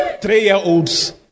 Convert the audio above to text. three-year-olds